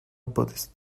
buddhist